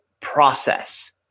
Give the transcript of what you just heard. process